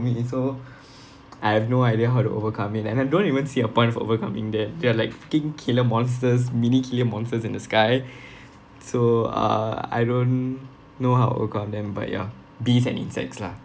for me so I have no idea how to overcome it and I don't even see a point of overcoming that they are like freaking killer monsters mini killer monsters in the sky so uh I don't know how to overcome them but ya bees and insects lah